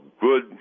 good